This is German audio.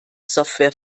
software